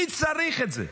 מי צריך את זה?